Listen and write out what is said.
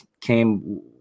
came